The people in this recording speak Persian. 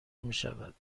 میشود